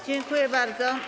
Dziękuję bardzo.